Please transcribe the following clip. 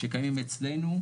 שקיימים אצלנו,